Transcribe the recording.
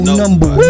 number